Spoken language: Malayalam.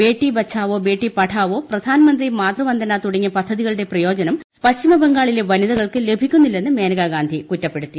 ബേട്ടി ബച്ചാവോ ബേട്ടി പഠാവോ പ്രധാൻമന്ത്രി മാതൃവന്ദനാ തുടങ്ങിയ പദ്ധതികളുടെ പ്രയോജനം പശ്ചിമ ബംഗാളിലെ വനിതകൾക്ക് ലഭിക്കുന്നില്ലെന്ന് മേനകാഗാന്ധി കുറ്റപ്പെടുത്തി